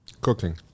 Cooking